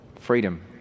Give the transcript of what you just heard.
freedom